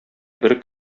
бер